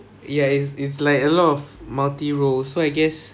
ya it's it's like a lot of multi role so I guess